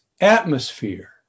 atmosphere